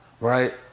Right